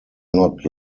not